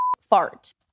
Fart